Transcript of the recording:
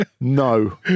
no